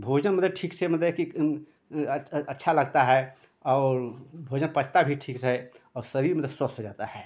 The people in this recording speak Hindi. भोजन मतलब ठीक से मतलब कि अच्छा अच्छा लगता है और भोजन पचता भी ठीक से है और शरीर मतलब स्वस्थ हो जाता है